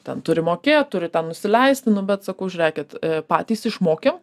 ten turi mokėt turi ten nusileisti nu bet sakau žiūrėkit patys išmokėm